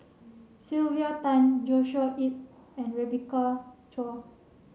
Sylvia Tan Joshua Ip and Rebecca Chua